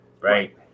right